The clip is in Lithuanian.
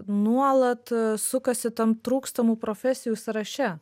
nuolat sukasi tam trūkstamų profesijų sąraše